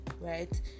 right